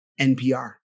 NPR